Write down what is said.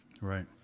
right